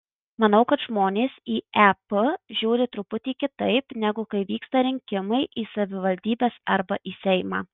manau kad žmonės į ep žiūri truputį kitaip negu kai vyksta rinkimai į savivaldybes arba į seimą